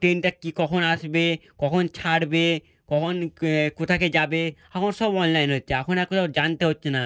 ট্রেনটা কী কখন আসবে কখন ছাড়বে কখন কোথাকে যাবে এখন সব অনলাইন হচ্ছে এখন আর কোথাও জানতে হচ্ছে না